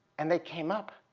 and they came up